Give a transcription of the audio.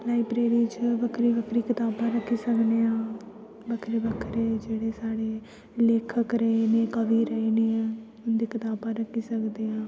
library च बक्खरी बक्खरी कताबां रक्खी सकने आं बक्खरे बक्खरे जेह्ड़े साढ़ें लेखक रेह् नै कवि रेह् नै उंदी कताबां रक्खी सकदे आं